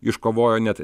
iškovojo net